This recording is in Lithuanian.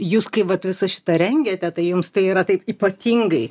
jū s kai vat visą šitą rengiate tai jums tai yra taip ypatingai